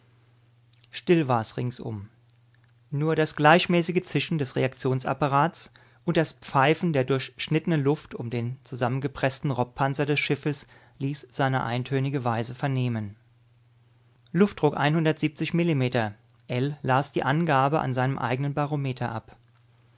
still war's ringsum nur das gleichmäßige zischen des reaktionsapparats und das pfeifen der durchschnittenen luft um den zusammengepreßten robpanzer des schiffes ließ seine eintönige weise vernehmen luft millimeter ell las die angabe an seinem eigenen barometer ab